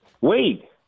Wait